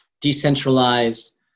decentralized